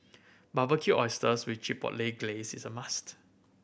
Barbecued Oysters with Chipotle Glaze is a must try